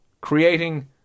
creating